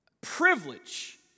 privilege